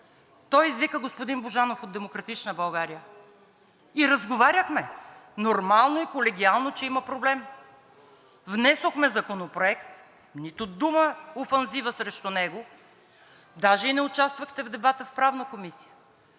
Той извика господин Божанов от „Демократична България“ и разговаряхме – нормално и колегиално, че има проблем. Внесохме Законопроект, нито дума на офанзива срещу него, даже и не участвахте в дебата в Правната комисия.